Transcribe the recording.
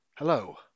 Hello